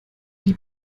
die